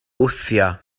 wthio